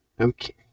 Okay